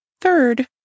Third